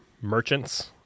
merchants